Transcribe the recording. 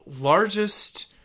largest